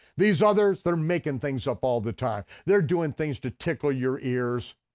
these others, they're making things up all the time. they're doing things to tickle your ears.